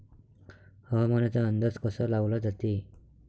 हवामानाचा अंदाज कसा लावला जाते?